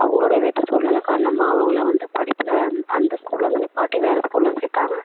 அவங்களுடைய வீட்டு சூழ்நிலை காரணமாக அவங்களை வந்து படிப்பில் அந்த அந்த ஸ்கூல்லேருந்து நிற்பாட்டி வேறு ஸ்கூலில் சேர்த்தாங்க